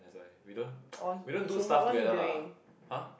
that's why we don't we don't do stuff together lah !huh!